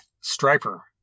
Striper